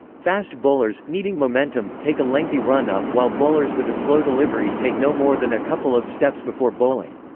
fast bowlers, needing momentum, take a lengthy run up while bowlers with a slow delivery take no more than a couple of steps before bowling.